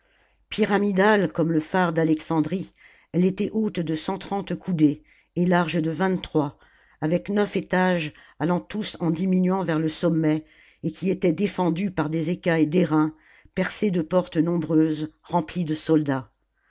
pyramidale comme le phare d'alexandrie elle était haute de cent trente coudées et large de vingt-trois avec neuf étages allant tous en diminuant vers le sommet et qui était défendu par des écailles d'airain percés de portes nombreuses remplis de soldats